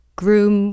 groom